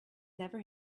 never